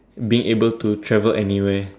being able to travel anywhere